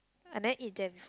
I never eat there before